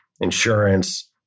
insurance